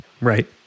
Right